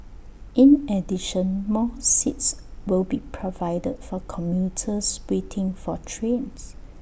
in addition more seats will be provided for commuters waiting for trains